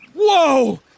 Whoa